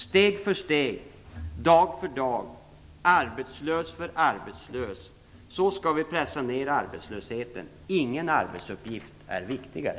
Så skall vi pressa ned arbetslösheten. Ingen arbetsuppgift är viktigare.